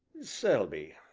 selby,